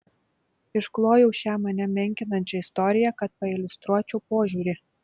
išklojau šią mane menkinančią istoriją kad pailiustruočiau požiūrį